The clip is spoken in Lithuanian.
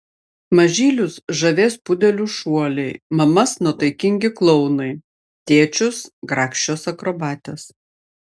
mažylius žavės pudelių šuoliai mamas nuotaikingi klounai tėčius grakščios akrobatės